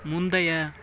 முந்தைய